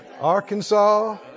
Arkansas